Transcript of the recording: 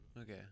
Okay